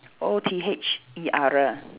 O T H E R